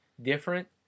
different